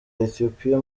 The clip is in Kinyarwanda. ethiopia